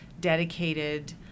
dedicated